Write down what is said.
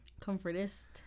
Comfortist